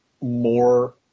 more